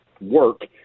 work